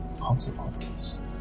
consequences